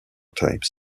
types